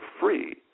free